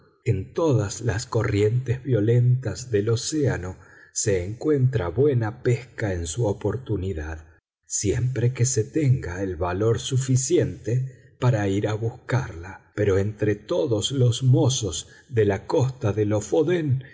en todas las corrientes violentas del océano se encuentra buena pesca en su oportunidad siempre que se tenga el valor suficiente para ir a buscarla pero entre todos los mozos de la costa de lofoden